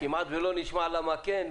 כמעט ולא נשמע למה כן.